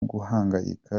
guhangayika